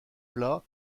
plat